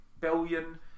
billion